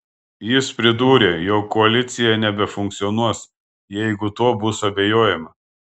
jis pridūrė jog koalicija nebefunkcionuos jeigu tuo bus abejojama